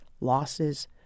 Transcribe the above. losses